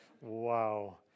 Wow